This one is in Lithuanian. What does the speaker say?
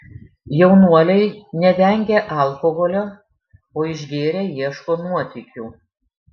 jaunuoliai nevengia alkoholio o išgėrę ieško nuotykių